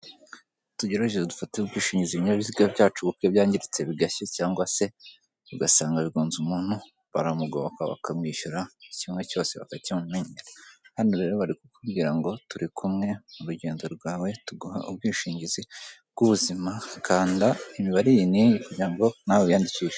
Tugerageze dufatire ubwishingizi ibinyabiziga byacu kuko iyo byangiritse bigashya cyangwa se ugasanga bigonze umuntu, baramugoboka bakamwishyura; buri kimwe cyose bakakimumenyera. Hano rero bari kukubwira ngo turikumwe mu rugendo rwawe tuguha ubwishingizi bw'ubuzima, kanda imibare iyi n'iyi kugira ngo nawe wiyandikishe.